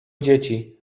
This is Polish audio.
dzieci